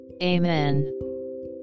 Amen